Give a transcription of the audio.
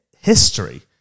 history